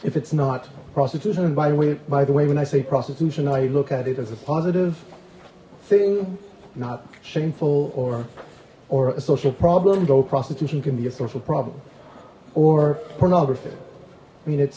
if it's not prostitution and by the way by the way when i say prostitution i look at it as a positive thing not shameful or or a social problem though prostitution can be a social problem or pornography i mean it's